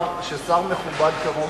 ששר מכובד כמוהו,